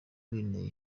binteye